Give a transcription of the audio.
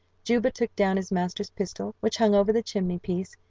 juba took down his master's pistol, which hung over the chimney-piece,